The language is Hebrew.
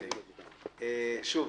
שוב,